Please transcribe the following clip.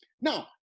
Now